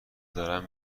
دارن